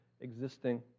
existing